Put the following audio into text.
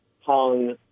hung